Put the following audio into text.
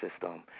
system